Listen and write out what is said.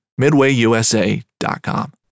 MidwayUSA.com